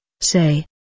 say